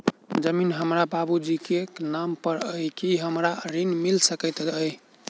जमीन हमरा बाबूजी केँ नाम पर अई की हमरा ऋण मिल सकैत अई?